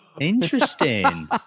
interesting